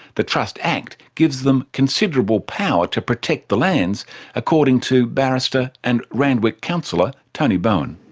the trust act gives them considerable power to protect the lands according to barrister and randwick councillor tony bowen.